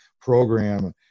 program